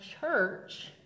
church